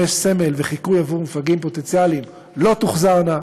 סמל וחיקוי עבור מפגעים פוטנציאליים לא תוחזרנה.